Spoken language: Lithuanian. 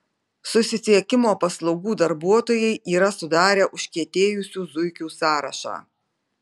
susisiekimo paslaugų darbuotojai yra sudarę užkietėjusių zuikių sąrašą